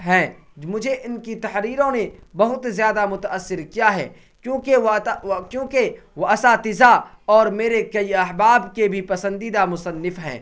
ہیں مجھے ان کی تحریروں نے بہت زیادہ متأثر کیا ہے کیونکہ کیونکہ وہ اساتذہ اور میرے کئی احباب کے بھی پسندیدہ مصنف ہیں